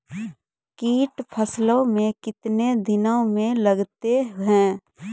कीट फसलों मे कितने दिनों मे लगते हैं?